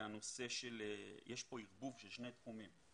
יש כאן ערבוב של שני תחומים.